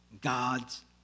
God's